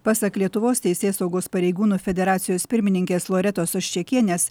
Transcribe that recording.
pasak lietuvos teisėsaugos pareigūnų federacijos pirmininkės loretos oščekienės